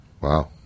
Wow